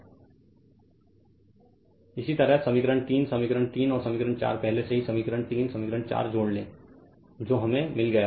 Refer Slide Time 3257 इसी तरह समीकरण 3 समीकरण 3 और समीकरण 4 पहले से ही समीकरण 3 समीकरण 4 जोड़ लें जो हमें मिल गया है